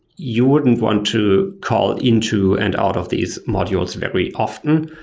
you wouldn't want to call into and out of these modules very often.